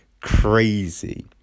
crazy